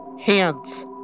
Hands